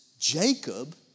Jacob